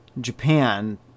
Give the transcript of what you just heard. Japan